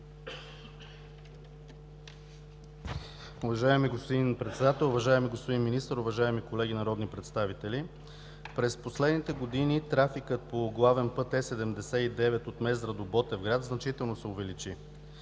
Уважаеми господин Председател, уважаеми господин Министър, уважаеми колеги народни представители! През последните години трафикът по главен път Е79 от Мездра до Ботевград значително се увеличи.